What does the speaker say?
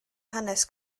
hanes